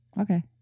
Okay